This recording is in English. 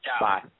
Bye